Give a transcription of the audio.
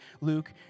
Luke